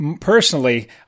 Personally